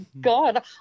God